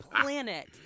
planet